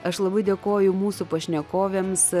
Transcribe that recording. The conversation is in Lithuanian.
aš labai dėkoju mūsų pašnekovėms